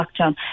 lockdown